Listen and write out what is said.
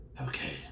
Okay